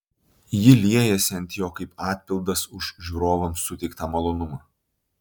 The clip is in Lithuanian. ji liejasi ant jo kaip atpildas už žiūrovams suteiktą malonumą